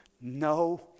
no